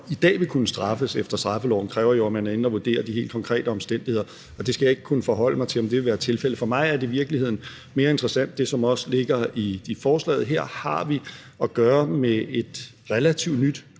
i dag ville kunne straffes efter straffeloven, kræver jo, at man er inde at vurdere de helt konkrete omstændigheder. Det skal jeg ikke kunne forholde mig til om vil være tilfældet. For mig er det, som også ligger i forslaget her, i virkeligheden mere interessant, nemlig at vi her har at gøre med et relativt nyt område,